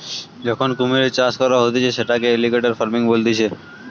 যখন কুমিরের চাষ করা হতিছে সেটাকে এলিগেটের ফার্মিং বলতিছে